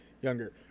younger